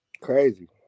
Crazy